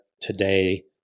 today